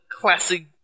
classic